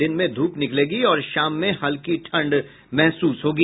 दिन में धूप निकलेगी और शाम में हल्की ठंड महसूस होगी